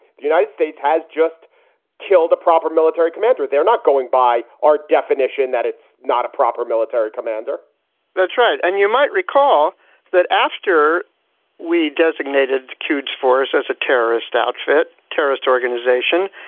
the united states has just killed a proper military commander. they're not going by our definition, that it's not a proper military commander that's right. and you might recall that after we designated designated qj force as a terrorist outfit, terrorist organization,